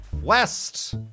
West